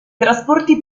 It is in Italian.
trasporti